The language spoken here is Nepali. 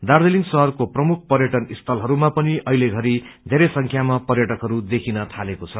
दार्जीलिङ शहरको प्रमुख पर्यटन स्थलहरूमा पनि अहिले घरि धेरै संख्यामा पर्यटकहरू देखिन थालेको छ